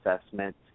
assessment